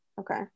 Okay